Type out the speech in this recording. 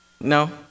No